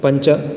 पञ्च